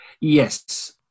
Yes